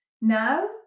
Now